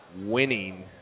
winning –